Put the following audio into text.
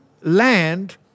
land